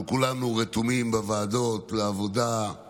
אנחנו כולנו רתומים בוועדות לעבודה על